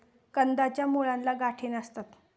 कंदाच्या मुळांना गाठी नसतात